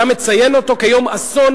אלא על מי מציין אותו כיום אסון,